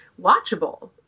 watchable